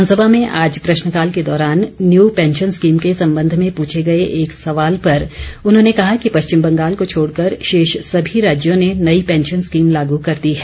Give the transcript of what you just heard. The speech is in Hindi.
विधानसभा में आज प्रश्नकाल के दौरान न्यू पैंशन स्कीम के संबंध में पूछे गए एक सवाल पर उन्होंने कहा कि पश्चिम बंगाल को छोड़कर शेष सभी राज्यों ने नई पेंशन स्कीम लागू कर दी है